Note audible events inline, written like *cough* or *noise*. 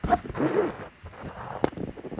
*noise*